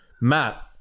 Matt